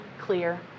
clear